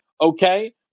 okay